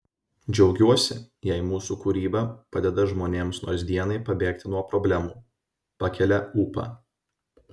džiaugiuosi jei mūsų kūryba padeda žmonėms nors dienai pabėgti nuo problemų pakelia ūpą